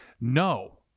No